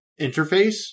interface